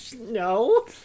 No